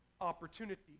opportunity